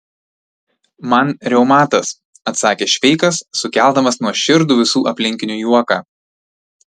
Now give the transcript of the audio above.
man reumatas atsakė šveikas sukeldamas nuoširdų visų aplinkinių juoką